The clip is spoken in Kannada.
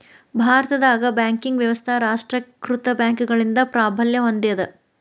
ಭಾರತದಾಗ ಬ್ಯಾಂಕಿಂಗ್ ವ್ಯವಸ್ಥಾ ರಾಷ್ಟ್ರೇಕೃತ ಬ್ಯಾಂಕ್ಗಳಿಂದ ಪ್ರಾಬಲ್ಯ ಹೊಂದೇದ